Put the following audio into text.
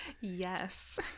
Yes